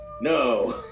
No